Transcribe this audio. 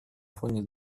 фоне